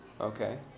Okay